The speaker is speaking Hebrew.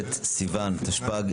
ט' בסיוון התשפ"ג,